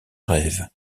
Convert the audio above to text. rêve